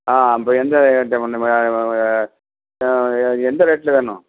ஆ அப்போ எந்த எந்த ரேட்டில் வேணும்